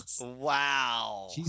Wow